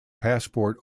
passport